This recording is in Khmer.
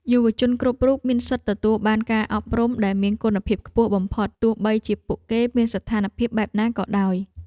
យុវជនគ្រប់រូបមានសិទ្ធិទទួលបានការអប់រំដែលមានគុណភាពខ្ពស់បំផុតទោះបីជាពួកគេមានស្ថានភាពបែបណាក៏ដោយ។